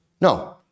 No